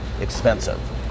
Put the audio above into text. expensive